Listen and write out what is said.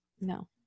No